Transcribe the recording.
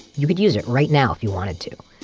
you could use it right now if you wanted to.